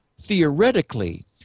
theoretically